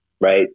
right